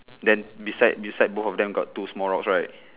then beside beside both of them got two small rocks right